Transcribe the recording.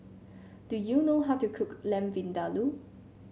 do you know how to cook Lamb Vindaloo